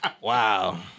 Wow